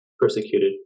persecuted